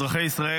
אזרחי ישראל,